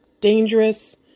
dangerous